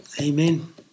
Amen